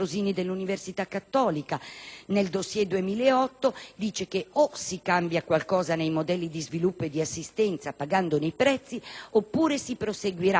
il dossier 2008 ha spiegato che «o si cambia qualcosa nei modelli di sviluppo e di assistenza, pagandone i prezzi, oppure si proseguirà nell'attuale ipocrisia: